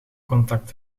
contact